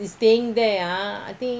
staying there ah I think